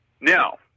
Now